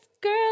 girl